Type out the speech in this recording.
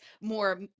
more